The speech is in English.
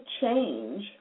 change